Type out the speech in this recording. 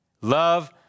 Love